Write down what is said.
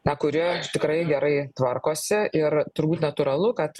na kuri tikrai gerai tvarkosi ir turbūt natūralu kad